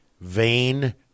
vain